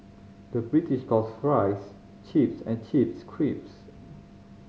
the British calls fries chips and chips crisps